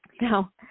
now